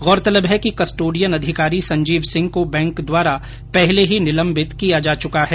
गौरतलब है कि कस्टोडियन अधिकारी संजीव सिंह को बैंक द्वारा पहले ही निलंबित किया जा चुका है